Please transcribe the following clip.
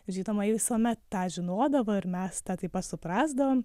žinoma ji visuomet tą žinodavo ir mes tą taip pat suprasdavom